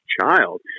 child